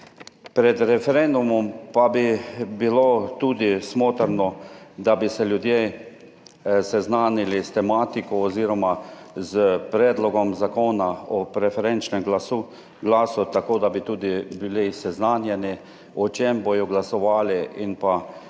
Pred referendumom pa bi bilo tudi smotrno, da bi se ljudje seznanili s tematiko oziroma s Predlogom zakona o preferenčnem glasu, tako da bi tudi bili seznanjeni o čem bodo glasovali in pa da